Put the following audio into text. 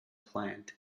plant